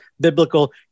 biblical